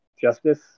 justice